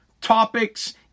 topics